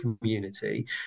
community